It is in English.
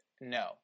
No